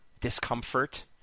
discomfort